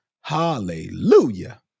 hallelujah